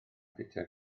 ffitio